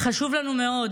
חשוב לנו מאוד